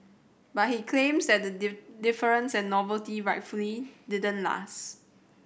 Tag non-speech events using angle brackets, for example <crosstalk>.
but he claims that the <unintelligible> deference and novelty rightfully didn't last